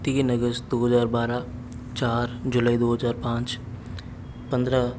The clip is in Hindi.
तीन अगस्त दो हजार बारह चार जुलाई दो हजार पांच पंद्रह